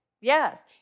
Yes